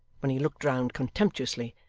when he looked round contemptuously,